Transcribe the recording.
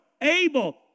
Abel